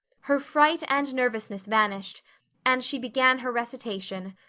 her fright and nervousness vanished and she began her recitation,